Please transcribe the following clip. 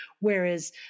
Whereas